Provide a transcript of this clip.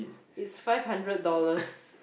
it's five hundred dollars